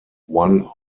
one